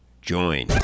join